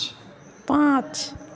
पाँच